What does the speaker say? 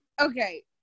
okay